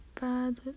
bad